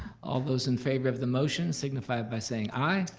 all those in favor of the motion, signify by saying aye.